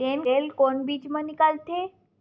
तेल कोन बीज मा निकलथे?